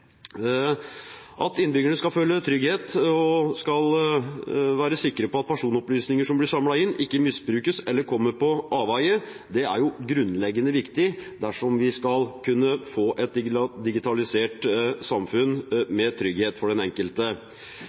At innbyggerne skal føle trygghet og være sikre på at personopplysninger som blir samlet inn, ikke misbrukes eller kommer på avveier, er grunnleggende viktig dersom vi skal kunne få et digitalisert samfunn med trygghet for den enkelte.